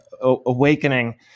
awakening